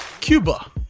Cuba